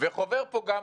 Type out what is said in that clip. וחובר פה גם